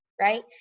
right